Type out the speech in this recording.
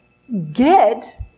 get